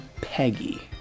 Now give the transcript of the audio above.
Peggy